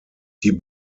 die